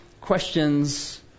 questions